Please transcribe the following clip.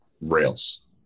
rails